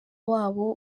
wabo